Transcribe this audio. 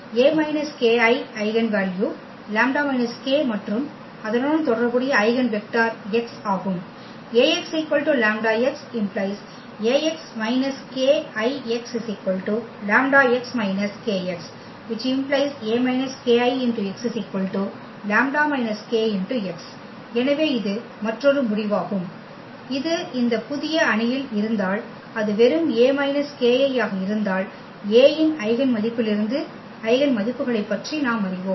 A − kI eigenvalue λ − k மற்றும் அதனுடன் தொடர்புடைய ஐகென் வெக்டர் x ஆகும் Ax λx ⇒ Ax − kIx λx − kx ⇒ A − kIx λ − kx எனவே இது மற்றொரு முடிவாகும் இது இந்த புதிய அணியில் இருந்தால் அது வெறும் A − kI ஆக இருந்தால் A இன் ஐகென் மதிப்பிலிருந்து ஐகென் மதிப்புக்களைப் பற்றி நாம் அறிவோம்